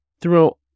Throughout